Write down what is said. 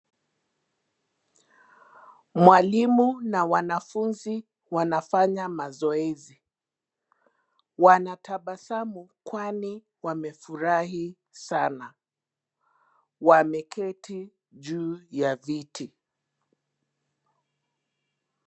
Mwalimu na wanafunzi, wanafanya mazoezi, wanatabasamu, kwani, wamefurahi, sana, wameketi, juu ya viti.